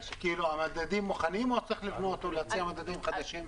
המדדים מוכנים או צריך לבנות מדדים חדשים?